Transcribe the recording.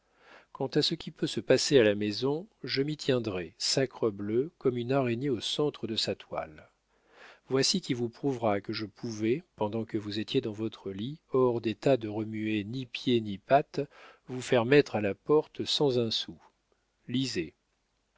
quant à ce qui peut se passer à la maison je m'y tiendrai sacrebleu comme une araignée au centre de sa toile voici qui vous prouvera que je pouvais pendant que vous étiez dans votre lit hors d'état de remuer ni pied ni patte vous faire mettre à la porte sans un sou lisez